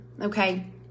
okay